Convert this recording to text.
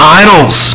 idols